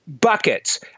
buckets